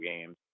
games